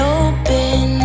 open